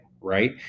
right